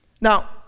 Now